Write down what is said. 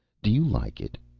do you like it?